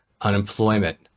unemployment